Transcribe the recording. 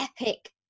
epic